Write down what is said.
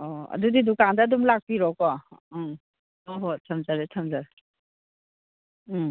ꯑꯧ ꯑꯗꯨꯗꯤ ꯗꯨꯀꯥꯟꯗ ꯑꯗꯨꯝ ꯂꯥꯛꯄꯤꯔꯣꯀꯣ ꯎꯝ ꯍꯣꯏ ꯍꯣꯏ ꯊꯝꯖꯔꯦ ꯊꯝꯖꯔꯦ ꯎꯝ